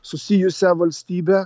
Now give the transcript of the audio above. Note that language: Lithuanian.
susijusią valstybę